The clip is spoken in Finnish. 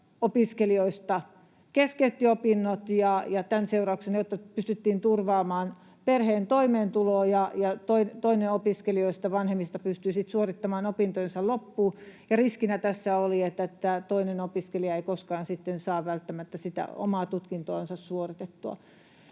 opiskelijoista keskeytti opinnot ja tämän seurauksena, jotta pystyttiin turvaamaan perheen toimeentulo, toinen opiskelijoista, vanhemmista, pystyi sitten suorittamaan opintonsa loppuun. Riskinä tässä oli, että toinen opiskelija ei koskaan sitten saanut välttämättä sitä omaa tutkintoansa suoritettua.